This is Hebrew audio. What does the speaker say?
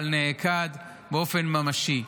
אבל נעקד באופן ממשי.